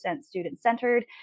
student-centered